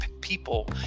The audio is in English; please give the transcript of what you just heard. people